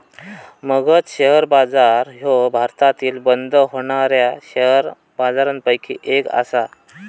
Magadh share बाजार ह्यो भारतातील बंद होणाऱ्या शेअर बाजारपैकी एक आसा